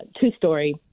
two-story